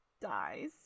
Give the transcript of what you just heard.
dies